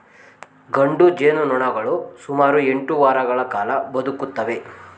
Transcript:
ಗಂಡು ಜೇನುನೊಣಗಳು ಸುಮಾರು ಎಂಟು ವಾರಗಳ ಕಾಲ ಬದುಕುತ್ತವೆ